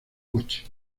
coche